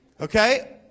Okay